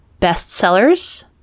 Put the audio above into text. bestsellers